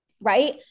right